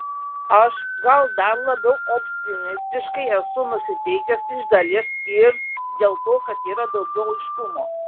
aš gal dar labiau optimistiškai esu nusiteikęs iš dalies ir dėl to kad yra daugiau aiškumo